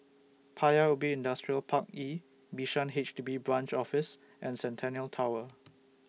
Paya Ubi Industrial Park E Bishan H D B Branch Office and Centennial Tower